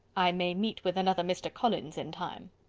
i may meet with another mr. collins in time.